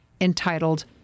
entitled